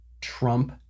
Trump